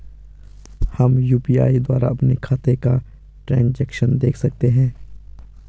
हम यु.पी.आई द्वारा अपने खातों का ट्रैन्ज़ैक्शन देख सकते हैं?